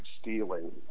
stealing